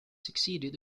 succeeded